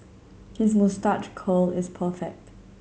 his moustache curl is perfect